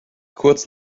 kurz